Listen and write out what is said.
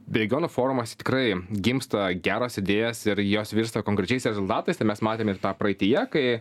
regionų forumuose tikrai gimsta geros idėjos ir jos virsta konkrečiais rezultatais tai mes matėm ir tą praeityje kai